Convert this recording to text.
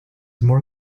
more